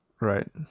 Right